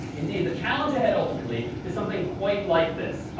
indeed, the challenge ahead ultimately is something quite like this.